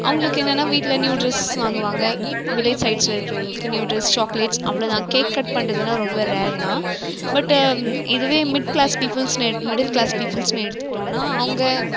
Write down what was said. அவங்களுக்கு என்னன்னா வீட்டில் நியூ ட்ரெஸ் வாங்குவாங்க வில்லேஜ் சைட்ஸில் இருக்கிறவங்களுக்கு நியூ ட்ரெஸ் சாக்லேட்ஸ் அவ்வளதான் கேக் கட் பண்றதெல்லாம் ரொம்ப ரேர் தான் பட்டு இதுவே mid class peoples middle class பீப்புள்ஸ்னு எடுத்துக்கிட்டோன்னால் அவங்க